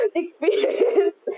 experience